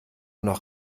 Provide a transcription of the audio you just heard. noch